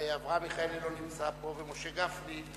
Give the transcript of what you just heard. אברהם מיכאלי לא נמצא פה ומשה גפני,